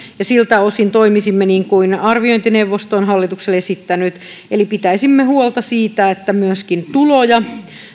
ja siltä osin toimisimme niin kuin arviointineuvosto on hallitukselle esittänyt eli pitäisimme huolta siitä että myöskin tuloja